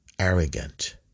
arrogant